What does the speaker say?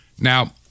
Now